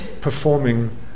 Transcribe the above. performing